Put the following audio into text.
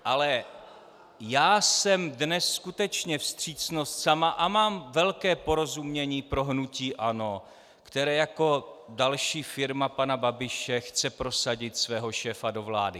Ale já jsem dnes skutečně vstřícnost sama a mám velké porozumění pro hnutí ANO, které jako další firma pana Babiše chce prosadit svého šéfa do vlády.